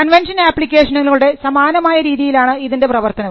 convention ആപ്ലിക്കേഷനുകളുടെ സമാനമായ രീതിയിലാണ് ഇതിൻറെ പ്രവർത്തനവും